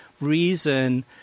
reason